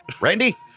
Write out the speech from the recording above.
Randy